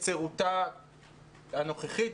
בתצורתה הנוכחית,